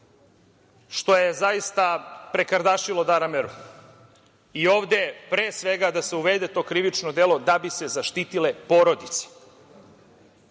što je zaista prekardašilo dara meru, i ovde, pre svega, da se uvede to krivično delo da bi se zaštitile porodice,